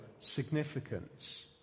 Significance